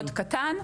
קטן.